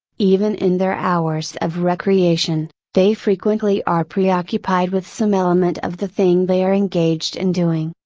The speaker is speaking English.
even in their hours of recreation, they frequently are preoccupied with some element of the thing they are engaged in doing.